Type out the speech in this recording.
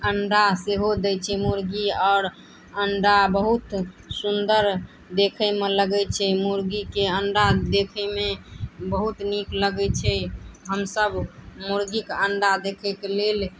अण्डा सेहो दै छै मुर्गी आओर अण्डा बहुत सुन्दर देखैमे लगै छै मुर्गीके अण्डा देखैमे बहुत नीक लगै छै हमसभ मुर्गीके अण्डा देखैके लेल